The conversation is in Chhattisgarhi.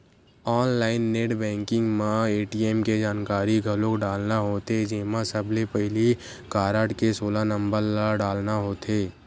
ऑनलाईन नेट बेंकिंग म ए.टी.एम के जानकारी घलोक डालना होथे जेमा सबले पहिली कारड के सोलह नंबर ल डालना होथे